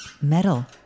metal